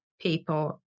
people